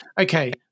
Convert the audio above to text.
okay